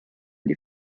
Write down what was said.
die